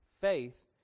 faith